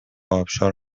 ابشار